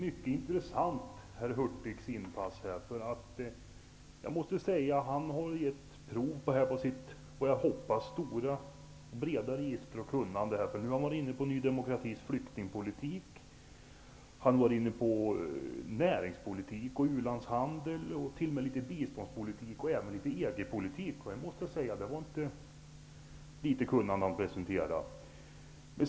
Herr talman! Herr Hurtigs inpass var mycket intressant. Han har givit prov på sitt, hoppas jag, breda register och kunnande. Han var inne på Ny demokratis flyktingpolitik, näringspolitik och ulandshandel och t.o.m. biståndspolitik och EG politik. Det var inte litet kunnande han presenterade!